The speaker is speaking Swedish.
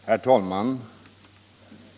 Herr talman!